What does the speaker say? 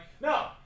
no